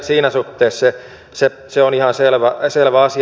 siinä suhteessa se on ihan selvä asia